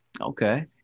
Okay